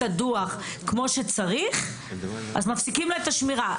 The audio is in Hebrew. הדו"ח כמו שצריך מפסיקים לה את השמירה.